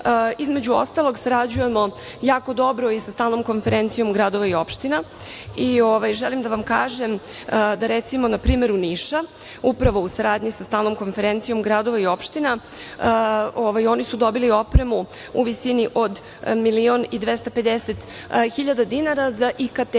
između ostalog, sarađujemo jako dobro i sa Stalnom konferencijom gradova i opština. Želim da vam kažem da, recimo, na primeru Niša, upravo u saradnji sa Stalnom konferencijom gradova i opština, oni su dobili opremu u visini od milion i 250 hiljada dinara za IKT